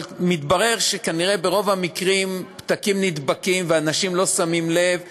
אבל מתברר שכנראה ברוב המקרים פתקים נדבקים ואנשים לא שמים לב וכו',